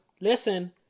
listen